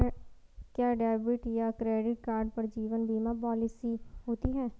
क्या डेबिट या credit card पर जीवन बीमा पॉलिसी होती है?